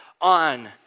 on